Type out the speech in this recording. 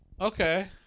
okay